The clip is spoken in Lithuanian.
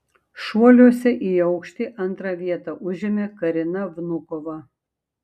šuoliuose į aukštį antrą vietą užėmė karina vnukova